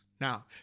now